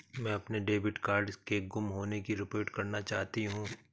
मैं अपने debit card के गुम होने की रिपोर्ट करना चाहती हूँ